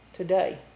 Today